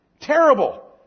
terrible